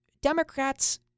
Democrats